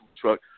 truck